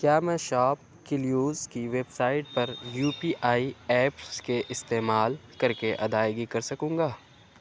کیا میں ShopClues کی ویبسائٹ پر یو پی آئی ایپس کے استعمال کر کے ادائیگی کر سکوں گا